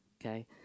okay